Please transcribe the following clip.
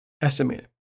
estimated